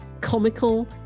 comical